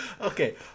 Okay